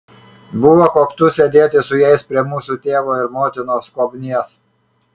buvo koktu sėdėti su jais prie mūsų tėvo ir motinos skobnies